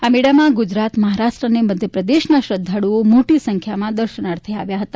આ મેળામાં ગુજરાત મહારાષ્ટ્ર અને મધ્યપ્રદેશના શ્રદ્ધાળુઓ મોટી સંખ્યામાં દર્શનાર્થે આવ્યા હતા